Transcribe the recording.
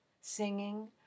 singing